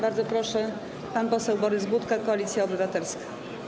Bardzo proszę, pan poseł Borys Budka, Koalicja Obywatelska.